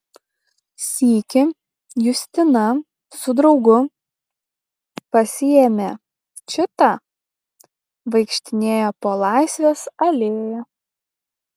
sykį justina su draugu pasiėmę čitą vaikštinėjo po laisvės alėją